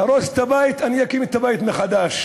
תהרוס את הבית, אני אקים את הבית מחדש,